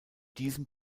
diesem